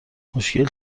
مشکل